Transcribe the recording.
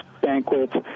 banquets